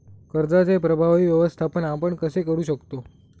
कर्जाचे प्रभावी व्यवस्थापन आपण कसे करु शकतो?